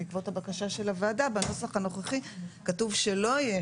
בעקבות הבקשה של הוועדה בנוסח הנוכחי כתוב שלא יהיה